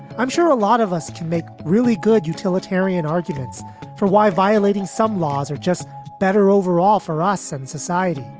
i'm sure a lot of us can make really good utilitarian arguments for why violating some laws are just better overall for us and society.